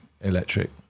electric